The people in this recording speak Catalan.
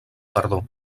perdó